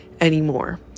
anymore